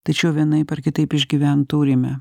tačiau vienaip ar kitaip išgyvent turime